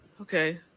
okay